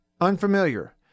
unfamiliar